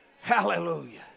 Hallelujah